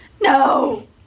No